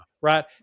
right